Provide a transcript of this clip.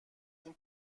این